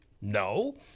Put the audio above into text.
No